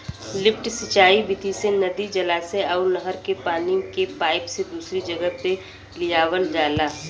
lift सिंचाई विधि से नदी, जलाशय अउर नहर के पानी के पाईप से दूसरी जगह पे लियावल जाला